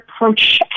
approach